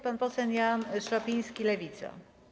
Pan poseł Jan Szopiński, Lewica.